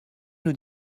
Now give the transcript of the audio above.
nous